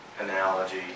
analogy